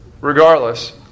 regardless